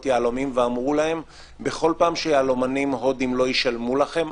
יהלומים ואמרו להם: בכל פעם שיהלומנים הודיים לא ישלמו לכם,